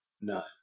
None